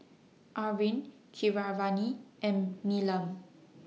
Arvind Keeravani and Neelam